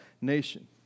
nation